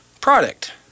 product